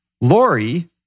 Lori